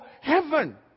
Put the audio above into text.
heaven